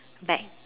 bag